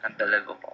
unbelievable